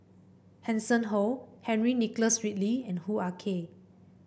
Hanson Ho Henry Nicholas Ridley and Hoo Ah Kay